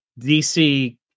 DC